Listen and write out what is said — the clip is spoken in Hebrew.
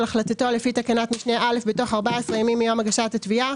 החלטתו לפי תקנת משנה (א) בתוך 14 ימים מיום הגשת התביעה,